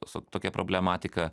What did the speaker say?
su tokia problematika